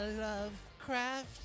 Lovecraft